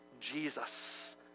Jesus